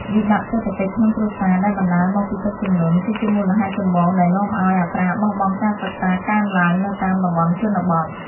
វិបត្តិសេដ្ឋកិច្ចក្នុងគ្រួសារដែលបណ្តាលមកពីទឹកជំនន់ គឺជាមូលហេតុចម្បងដែលនាំឱ្យអត្រាបោះបង់ការសិក្សាកើនឡើងនៅតាមតំបន់ជនបទ។